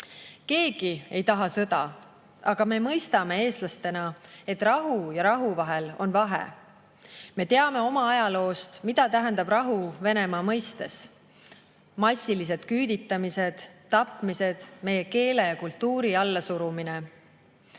Keegi ei taha sõda, aga me mõistame eestlastena, et rahu ja rahu vahel on vahe. Me teame oma ajaloost, mida tähendab rahu Venemaa mõistes: massilised küüditamised, tapmised, meie keele ja kultuuri allasurumine.